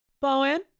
Bowen